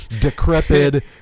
decrepit